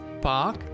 Park